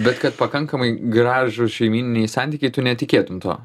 bet kad pakankamai gražūs šeimyniniai santykiai tu netikėtum tuo